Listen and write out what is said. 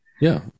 yeah